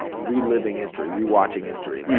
reliving history, rewatching history. like